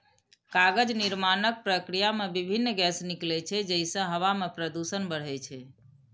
कागज निर्माणक प्रक्रिया मे विभिन्न गैस निकलै छै, जइसे हवा मे प्रदूषण बढ़ै छै